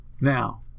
Now